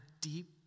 deep